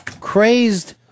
crazed